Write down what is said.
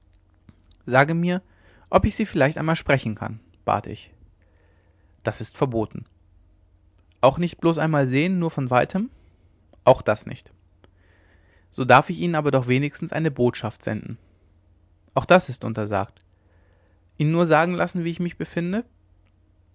sage mir ob ich sie vielleicht einmal sprechen kann bat ich das ist verboten auch nicht bloß einmal sehen nur von weitem auch das nicht so darf ich ihnen aber doch wenigstens eine botschaft senden auch das ist untersagt ihnen nur sagen lassen wie ich mich befinde